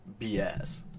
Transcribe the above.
BS